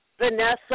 Vanessa